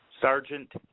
Sergeant